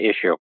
issue